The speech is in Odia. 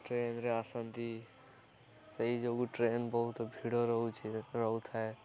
ଟ୍ରେନରେ ଆସନ୍ତି ସେଇ ଯୋଗୁଁ ଟ୍ରେନ ବହୁତ ଭିଡ଼ ରହୁଛି ରହୁଥାଏ